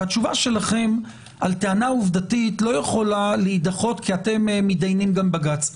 והתשובה שלכם על טענה עובדתית לא יכולה להידחות כי אתם מתדיינים בבג"ץ.